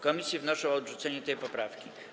Komisje wnoszą o odrzucenie tej poprawki.